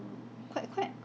quite quite